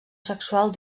sexual